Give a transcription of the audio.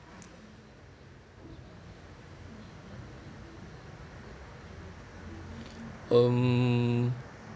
um